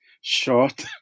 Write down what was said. short